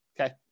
okay